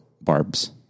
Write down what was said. Barb's